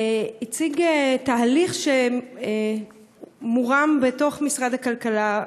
הציג תהליך שמתנהל בתוך משרד הכלכלה,